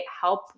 help